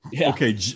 Okay